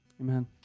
Amen